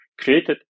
created